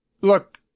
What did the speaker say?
look